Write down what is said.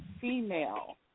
female